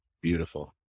beautiful